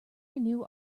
renew